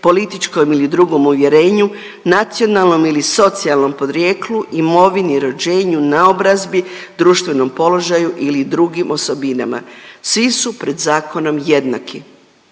političkom ili drugom uvjerenju, nacionalnom ili socijalnom podrijeklu, imovini, rođenju, naobrazbi, društvenom položaju ili drugim osobinama. Svi su pred zakonom jednaki,